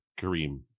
Kareem